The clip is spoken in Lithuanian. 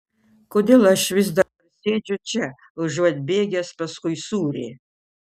kodėl aš vis dar sėdžiu čia užuot bėgęs paskui sūrį